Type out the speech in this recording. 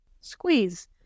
Squeeze